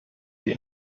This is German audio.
die